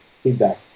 feedback